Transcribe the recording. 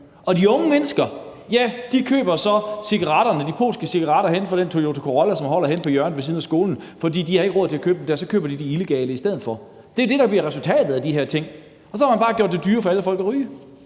og de unge mennesker køber så de polske cigaretter, fra den Toyota Corolla, som holder henne på hjørnet ved siden af skolen. For de har ikke råd til at købe dem, og de køber så de illegale i stedet for. Det er jo det, der bliver resultatet af de her ting, og så har man bare gjort det dyrere for alle folk at ryge.